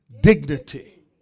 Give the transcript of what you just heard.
Dignity